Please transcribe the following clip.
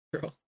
girl